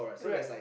right